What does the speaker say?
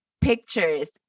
pictures